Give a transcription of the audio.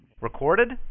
Recorded